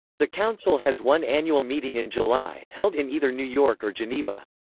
the council has one annual meeting in july, held in either new york or geneva.